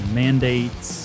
mandates